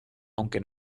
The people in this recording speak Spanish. aunque